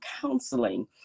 counseling